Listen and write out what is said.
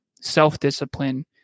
self-discipline